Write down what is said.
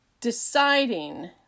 deciding